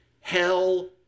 hell